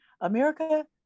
America